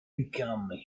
become